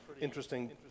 interesting